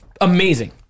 amazing